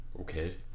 Okay